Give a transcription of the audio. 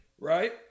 right